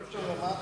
זה שחקנים.